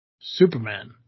Superman